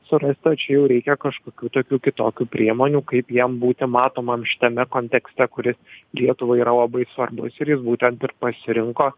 surats o čia jau reikia kažkokių tokių kitokių priemonių kaip jam būti matomam šitame kontekste kuris lietuvai yra labai svarbus ir jis būtent ir pasirinko